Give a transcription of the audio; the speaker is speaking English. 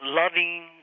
loving